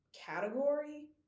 category